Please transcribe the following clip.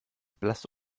blass